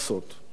אן היקרה,